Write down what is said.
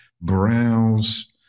browse